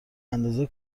اندازه